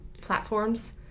platforms